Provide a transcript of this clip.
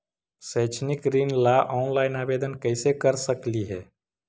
शैक्षिक ऋण ला ऑनलाइन आवेदन कैसे कर सकली हे?